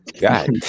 god